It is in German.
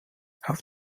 auf